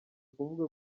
kuvuga